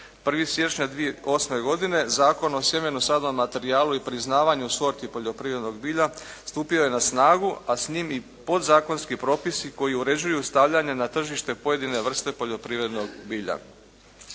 1. siječnja 2008. godine Zakonom o sjemenu, sadnom materijalu i priznavanju sorti poljoprivrednog bilja stupio je na snagu a s njime i podzakonski propisi koji uređuju i stavljanje na tržište pojedine vrste poljoprivrednog bilja.